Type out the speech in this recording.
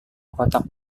kotak